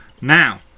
Now